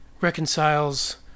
reconciles